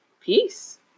peace